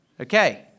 Okay